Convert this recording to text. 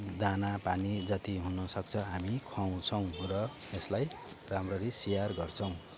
दाना पानी जति हुनुसक्छ हामी खुवाउँछौँ र यसलाई राम्ररी स्याहार गर्छौँ